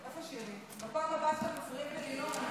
בבקשה, לרשותך שלוש דקות.